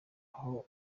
aho